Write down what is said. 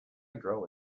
grow